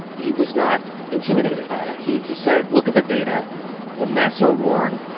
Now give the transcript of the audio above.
he was not intimidated by that. he he said, look at the data when masks are worn,